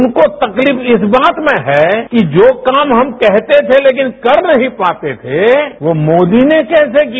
उनको तकलीफ इस बात में है कि जो काम हम कहते थे लेकिन कर नहीं पाते थे वो मोदी ने कैसे किया